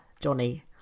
johnny